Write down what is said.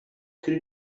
could